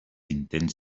intents